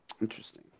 Interesting